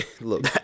Look